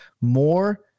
more